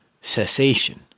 cessation